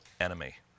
enemy